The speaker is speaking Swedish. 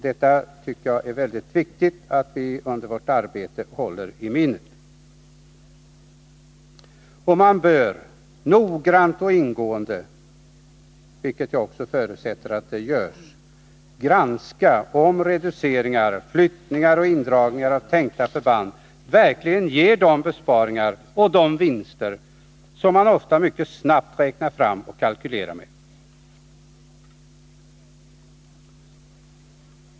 Det är mycket viktigt att vi under vårt arbete håller det i minnet. Man bör noggrant och ingående — och jag förutsätter att det sker — granska om tänkta reduceringar, flyttningar och indragningar av förband verkligen ger de besparingar och de vinster som man ofta och mycket snabbt räknar fram och kalkylerar med.